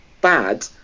bad